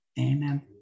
amen